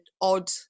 odd